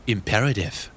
Imperative